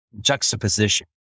juxtaposition